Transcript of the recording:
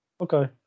Okay